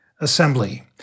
assembly